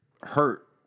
hurt